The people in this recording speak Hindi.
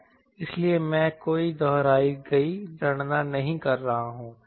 इसलिए मैं कोई दोहराई गई गणना नहीं कर रहा हूं